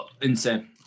insane